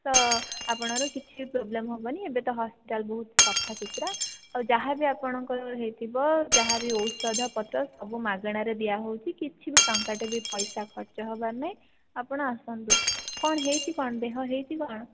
ତ ଆପଣଙ୍କର କିଛି ପ୍ରବ୍ଲମ୍ ହେବନି ଏବେ ତ ହସ୍ପିଟାଲ ବହୁତ ସଫା ସୁତୁରା ଆଉ ଯାହା ବି ଆପଣଙ୍କର ହୋଇଥିବ ଯାହାବି ଔଷଧ ପତ୍ର ସବୁ ମାଗେଣାରେ ଦିଆହେଉଛି କିଛି ବି ଟଙ୍କାଟେ ବି ପଇସା ଖର୍ଚ୍ଚ ହେବାରନାହିଁ ଆପଣ ଆସନ୍ତୁ କ'ଣ ହୋଇଛି କ'ଣ ଦେହ ହୋଇଛି କ'ଣ